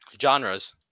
Genres